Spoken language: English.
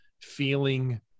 feeling